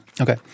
Okay